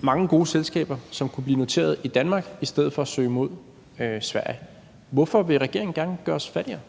mange gode selskaber, som kunne blive noteret i Danmark i stedet for at søge mod Sverige. Hvorfor vil regeringen gerne gøre os fattigere?